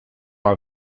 are